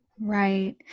Right